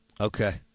Okay